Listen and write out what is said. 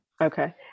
Okay